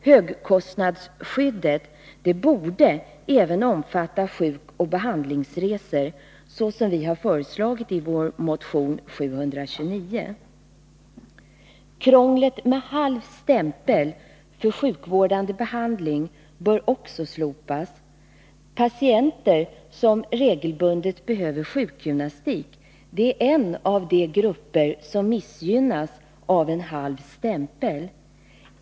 Högkostnadsskyddet borde även omfatta sjukoch behandlingsresor, såsom vi har föreslagit i vår motion 729. Krånglet med en halv stämpel för sjukvårdens behandling bör också slopas. Patienter som regelbundet behöver sjukgymnastik är en av de grupper som missgynnas av en halv stämpel.